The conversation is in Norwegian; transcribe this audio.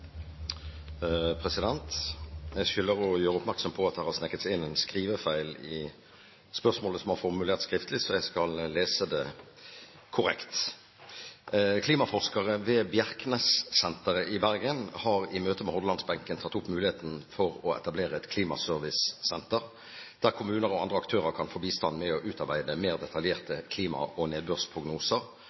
Jeg skylder å gjøre oppmerksom på at det har sneket seg inn en skrivefeil i spørsmålet som er formulert skriftlig: «Klimaforskere ved Nansensenteret i Bergen» – det skal være Bjerknessenteret – «har i møte med Hordalandsbenken tatt opp muligheten for å etablere et klimaservicesenter der kommuner og andre aktører kan få bistand med å utarbeide mer detaljerte klima-